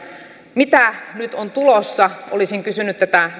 mitä nyt on tulossa olisin kysynyt tätä